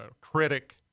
critic